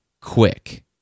quick